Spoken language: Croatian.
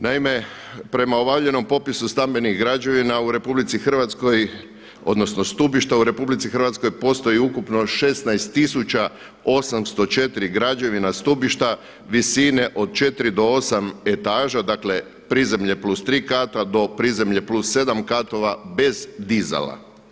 Naime, prema valjanom popisu stambenih građevina u RH odnosno stubišta u RH postoji ukupno 16 tisuća 804 građevina stubišta visine od 4 do 8 etaža, dakle prizemlje plus 3 kata, do prizemlje plus 7 katova bez dizala.